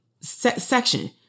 section